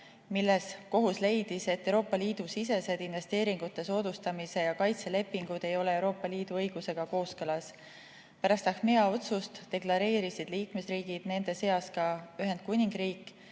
milles kohus leidis, et Euroopa Liidu sisesed investeeringute soodustamise ja kaitse lepingud ei ole Euroopa Liidu õigusega kooskõlas. Pärast Achmea otsust deklareerisid liikmesriigid, nende seas ka Ühendkuningriik,